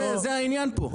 זה העניין פה.